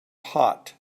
hot